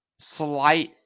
slight